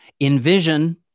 Envision